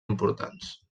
importants